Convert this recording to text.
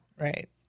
Right